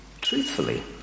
truthfully